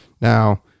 Now